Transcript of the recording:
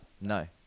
No